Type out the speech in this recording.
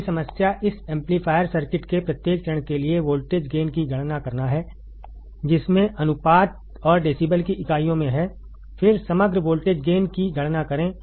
अगली समस्या इस एम्पलीफायर सर्किट के प्रत्येक चरण के लिए वोल्टेज गेन की गणना करना है जिसमें अनुपात और डेसीबल की इकाइयों में है फिर समग्र वोल्टेज गेन की गणना करें